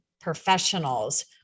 professionals